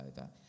over